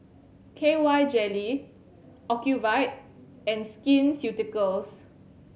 K Y Jelly Ocuvite and Skin Ceuticals